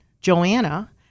Joanna